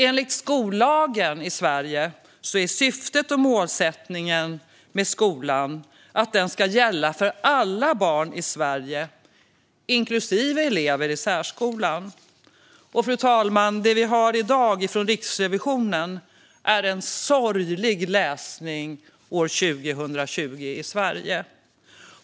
Enligt skollagen i Sverige är syftet och målsättningen med skolan att den ska gälla för alla barn i Sverige, inklusive elever i särskolan. Fru talman! Riksrevisionens rapport är sorglig läsning i Sverige 2020.